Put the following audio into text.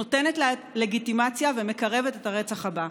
נותנת לגיטימציה ומקרבת את הרצח הבא.